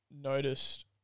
noticed